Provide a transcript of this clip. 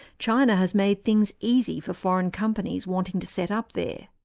china has made things easy for foreign companies wanting to set up there.